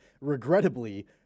regrettably